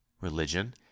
religion